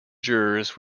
jurors